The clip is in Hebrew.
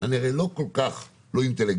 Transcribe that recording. אני הרי לא כל כך לא אינטליגנטי